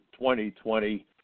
2020